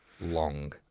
long